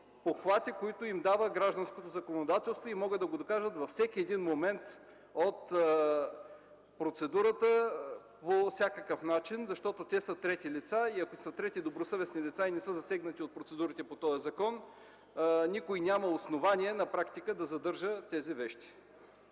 които им дава гражданското законодателство. Те могат да го докажат във всеки момент от процедурата, по всякакъв начин, защото те са трети лица. И ако са трети добросъвестни лица и не са засегнати от процедурите по този закон, никой няма основание на практика да задържа тези вещи.